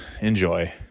Enjoy